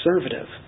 conservative